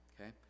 okay